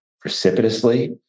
precipitously